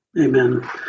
Amen